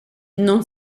non